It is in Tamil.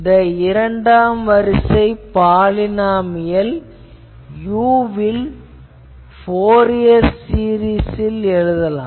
இந்த இரண்டாம் வரிசை பாலினாமியல் u வில் ஃபோரியர் சீரிஸ்ல் எழுதலாம்